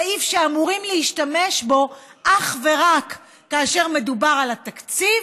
סעיף שאמורים להשתמש בו אך ורק כאשר מדובר על התקציב